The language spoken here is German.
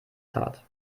tat